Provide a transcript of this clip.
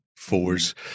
fours